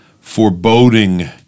foreboding